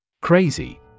CRAZY